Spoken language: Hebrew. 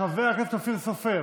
חבר הכנסת אופיר סופר,